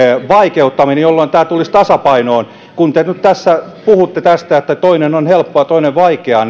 vaikeuttaminen jolloin tämä tulisi tasapainoon kun te nyt tässä puhutte tästä että toinen on helppoa ja toinen vaikeaa